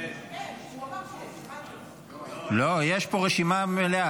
יש פה רשימה מלאה.